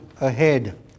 ahead